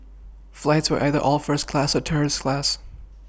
flights were either all first class or tourist class